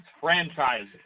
franchise